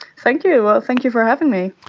thank you ah thank you for having me.